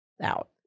out